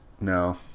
No